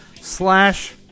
slash